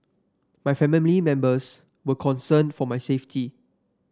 my family members were concerned for my safety